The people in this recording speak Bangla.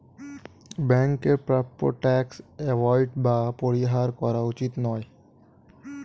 ব্যাংকের প্রাপ্য ট্যাক্স এভোইড বা পরিহার করা উচিত নয়